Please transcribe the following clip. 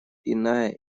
иная